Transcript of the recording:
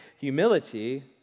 humility